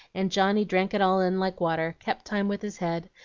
and johnny drank it all in like water kept time with his head,